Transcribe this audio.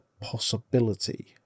possibility